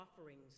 offerings